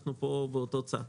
אנחנו פה באותו צד,